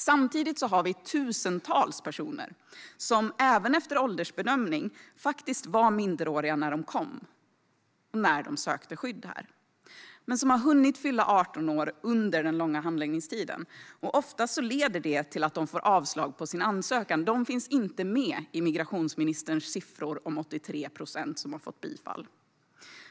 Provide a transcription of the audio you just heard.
Även efter åldersbedömning har vi dock tusentals personer som var minderåriga när de kom och när de sökte skydd här, men som har hunnit fylla 18 år under den långa handläggningstiden. Oftast leder det till att de får avslag på sin ansökan. De finns inte med i migrationsministerns siffror om 83 procent som fått bifall.